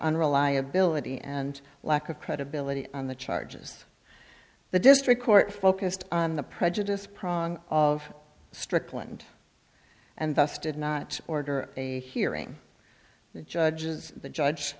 unreliability and lack of credibility on the charges the district court focused on the prejudice prong of strickland and thus did not order a hearing the judges the judge